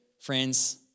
friends